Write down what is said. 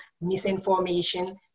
misinformation